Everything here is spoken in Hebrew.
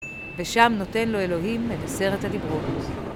ושם נותן לו אלוהים את עשרת הדיברות.